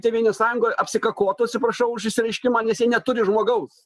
tėvynės sąjungoj apsikakotų atsiprašau už išsireiškimą nes jie neturi žmogaus